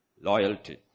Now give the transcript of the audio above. Loyalty